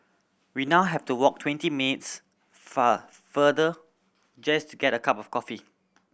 we now have to walk twenty minutes far farther just to get a cup of coffee